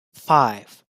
five